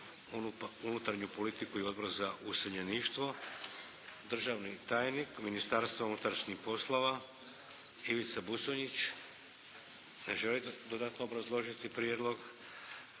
unutarnju politiku i Odbor za useljeništvo. Državni tajnik Ministarstva unutarnjih poslova Ivica Buconjić. Ne želite dodatno obrazložiti prijedlog.